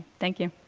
thank you.